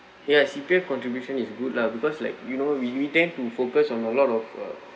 ya C_P_F contribution is good lah because like you know we we tend to focus on a lot of a